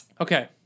okay